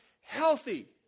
healthy